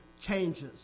changes